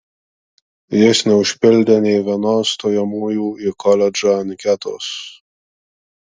jis neužpildė nė vienos stojamųjų į koledžą anketos